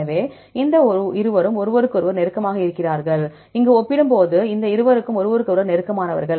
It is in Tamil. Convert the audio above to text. எனவே இந்த இருவரும் ஒருவருக்கொருவர் நெருக்கமாக இருக்கிறார்கள் இங்கு ஒப்பிடும்போது இந்த இருவருக்கும் ஒருவருக்கொருவர் நெருக்கமானவர்கள்